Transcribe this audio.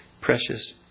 precious